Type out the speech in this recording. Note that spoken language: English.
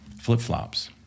flip-flops